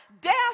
Death